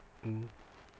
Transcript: mmhmm